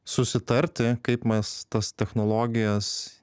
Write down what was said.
susitarti kaip mes tas technologijas